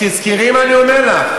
תזכרי מה אני אומר לך,